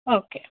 okay